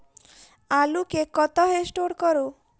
आलु केँ कतह स्टोर करू?